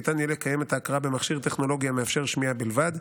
ניתן יהיה לקיים את ההקראה במכשיר טכנולוגי המאפשר שמיעה בלבד,